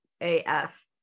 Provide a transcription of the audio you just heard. AF